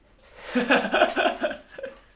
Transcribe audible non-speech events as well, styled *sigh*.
*laughs*